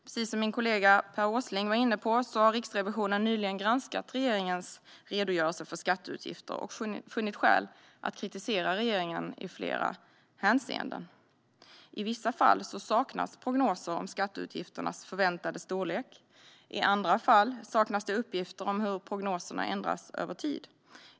Precis som min kollega Per Åsling var inne på har Riksrevisionen nyligen granskat regeringens redogörelse för skatteutgifter och funnit skäl att kritisera regeringen i flera hänseenden. I vissa fall saknas prognoser om skatteutgifternas förväntade storlek. I andra fall saknas det uppgifter om hur prognoserna ändras över tid.